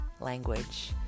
language